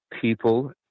people